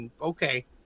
okay